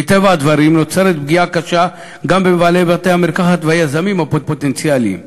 מטבע הדברים נוצרת פגיעה קשה גם בבעלי בתי-המרקחת והיזמים הפוטנציאליים,